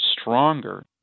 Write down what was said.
stronger